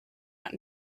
out